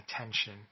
attention